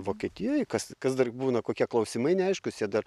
vokietijoj kas kas dar būna kokie klausimai neaiškūs jie dar